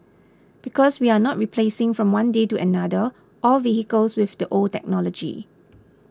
because we are not replacing from one day to another all vehicles with the old technology